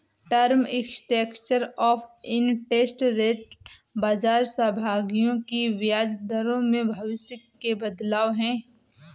term structure of interest rate बाजार सहभागियों की ब्याज दरों में भविष्य के बदलाव है